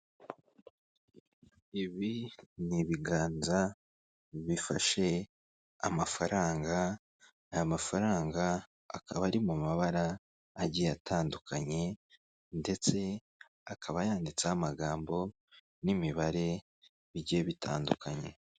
Ibi ni ibiganza bifashe amafaranga aya mafaranga akaba ari mu mabara agiye atandukanye ndetse akaba yanditseho amagambo n'imibare bigiye bitandukanye.